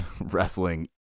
wrestling